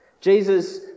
Jesus